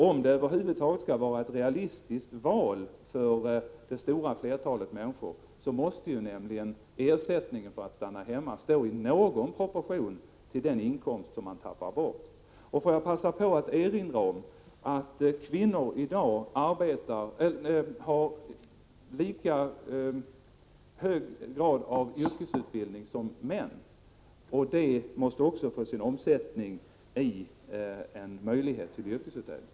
Om det över huvud taget skall vara ett realistiskt val för det stora flertalet människor måste nämligen ersättningen för att stanna hemma stå i någon proportion till den inkomst som man förlorar. Får jag passa på att erinra om att kvinnorna i dag har lika hög grad av yrkesutbildning som männen. Att det är så måste också få sin omsättning i en möjlighet till yrkesutövning.